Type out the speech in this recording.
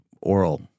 oral